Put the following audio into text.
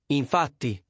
infatti